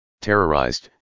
Terrorized